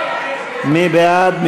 מי בעד?